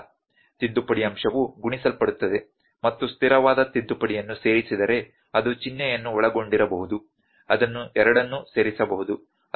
ತಿದ್ದುಪಡಿ ಅಂಶವು ಗುಣಿಸಲ್ಪಡುತ್ತದೆ ಮತ್ತು ಸ್ಥಿರವಾದ ತಿದ್ದುಪಡಿಯನ್ನು ಸೇರಿಸಿದರೆ ಅದು ಚಿಹ್ನೆಯನ್ನು ಒಳಗೊಂಡಿರಬಹುದು ಅದನ್ನು ಎರಡನ್ನೂ ಸೇರಿಸಬಹುದು ಅಥವಾ ಕಳೆಯಬಹುದು ಸರಿ